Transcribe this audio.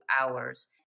hours